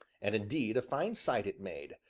and indeed a fine sight it made,